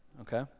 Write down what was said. okay